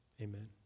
Amen